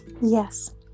Yes